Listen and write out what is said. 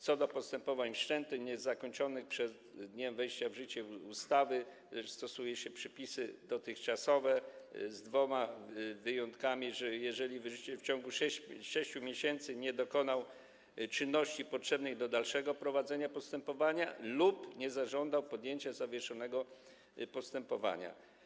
Co do postępowań wszczętych i niezakończonych przed dniem wejścia w życie ustawy stosuje się przepisy dotychczasowe z dwoma wyjątkami: jeżeli wierzyciel w ciągu 6 miesięcy nie dokonał czynności potrzebnej do dalszego prowadzenia postępowania lub nie zażądał podjęcia zawieszonego postępowania.